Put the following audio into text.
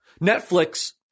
Netflix